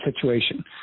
situation